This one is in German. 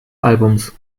albums